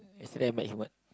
yesterday I met him what